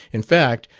in fact,